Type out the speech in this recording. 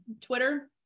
Twitter